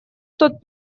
тот